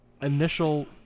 initial